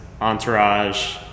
Entourage